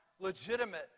legitimate